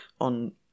on